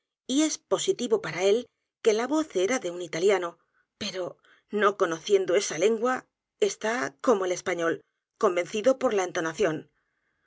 y es positivo p a r a él que la voz era de un italiano pero n o conociendo esa lengua está como el español convencido por la entonación